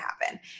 happen